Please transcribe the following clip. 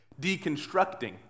deconstructing